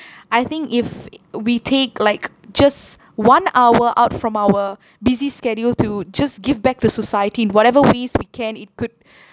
I think if we take like just one hour out from our busy schedule to just give back to society in whatever ways we can it could